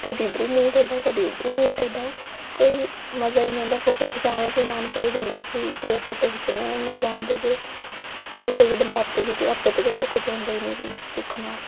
कदे इद्धर मूह् ढेड़ा कदे उद्धर मूंह् कोई मजा गै नीं औंदा फोटो खिचाने दा कि केह् फोटो खिचाने आंपे ते फोटो खिचोंदे गै नीं न